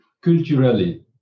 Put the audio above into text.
culturally